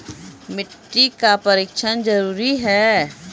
मिट्टी का परिक्षण जरुरी है?